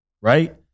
Right